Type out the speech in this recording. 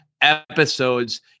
episodes